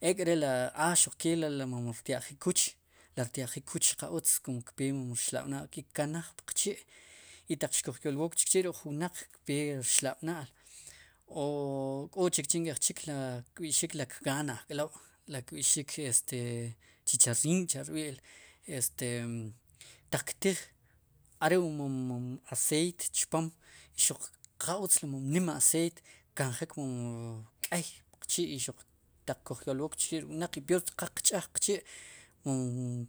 ek'ri a xuqke ri mom rtya'jil kuch, ri rtya'jil kuch mon qa utz kpetik wu mom rxnab'lal kkanaj puq chi' i taq xkuj yolwook chikchi' ruk'jun wnaq kpe wu rxna'b'na'l o k'chikchi' nkéj chik ri kgaan ajk'lob' ri kb'ixik ri chicharin cha' kb'il taq ktij are'wu mom aciete chpom qa utz mom nim aceite kkanjik mom k'ey puw chi' xuq taq kuj yoolwook ruk'wnaq peor si qal qch'aj qchi' wu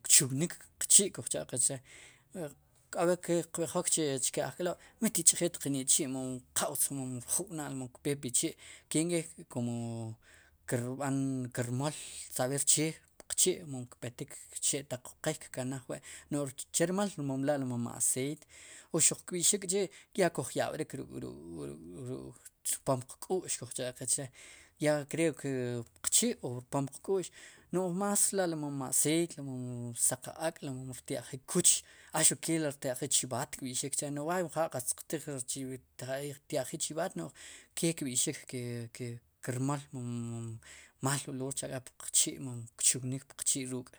kchugnik qchi' kujcha'qe chre' k'o b'e qb'ijok chku ajk'lob' mit tich'jeel qen ichi' mon qa utz mon rjub'naal kpetik pi chi' kenk'i komokirb'an kir mool sab'er che puqchi' mom kpetik xe'taq quqey kkanaj wi' no'j che rmal are'ri mom aceite o xuq kb'ixik k'chi' wa'kuj yab'rik ruk'ch chpom qk'u'x kuj cha'qe chre ya creo que puqchi' wu rpom qk'u'x no'j más la'ri mom aciete li mlm saq ak' rtya'jil kuch a xuqke ri rtya'jil chib'aat kb'ixik chee no'j b'aay mjaa qatz xtiqj ri rtray rtya'jil chivaat ke kb'ixik mom kirmool mom mal olor cha'k'a' mom puqchi' mom kchugnik puqchi'ruuk'.